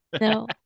No